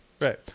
Right